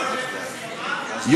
הסכמנו.